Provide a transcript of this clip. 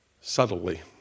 subtly